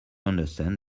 understand